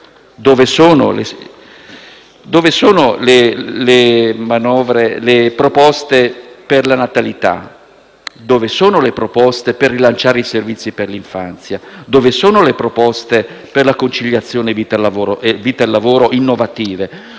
dove sono le proposte per la natalità? Dove sono le proposte per rilanciare i servizi per l'infanzia? Dove sono le proposte innovative per la conciliazione vita-lavoro? Dove